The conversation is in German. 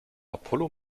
apollo